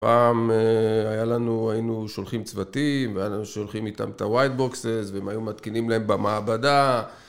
פעם היינו שולחים צוותים, והיינו שולחים איתם את ה-white boxes והם היו מתקינים להם במעבדה